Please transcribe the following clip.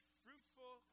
fruitful